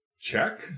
check